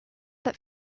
that